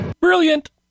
Brilliant